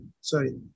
sorry